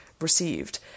received